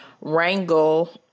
wrangle